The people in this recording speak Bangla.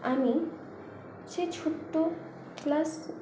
আমি সেই ছোট্ট ক্লাস